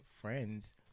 friends